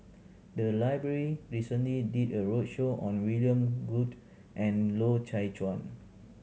the library recently did a roadshow on William Goode and Loy Chye Chuan